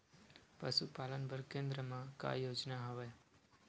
पशुपालन बर केन्द्र म का योजना हवे?